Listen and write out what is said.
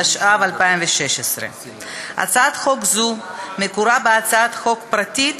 התשע"ו 2016. הצעת חוק זו, מקורה בהצעת חוק פרטית